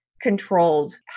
controlled